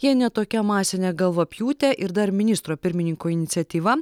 jei ne tokia masinė galvapjūtė ir dar ministro pirmininko iniciatyva